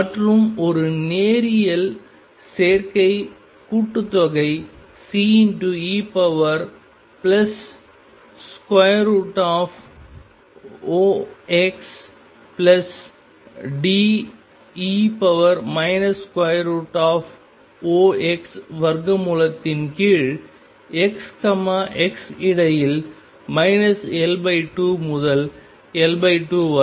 மற்றும் ஒரு நேரியல் சேர்க்கை கூட்டுத்தொகை CexDe x வர்க்க மூலத்தின் கீழ் x x இடையில் L2 முதல் L2 வரை